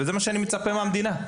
ולזה אני מצפה גם מהמדינה.